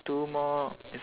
two more is